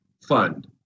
fund